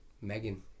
Megan